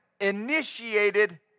initiated